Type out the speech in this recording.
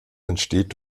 entsteht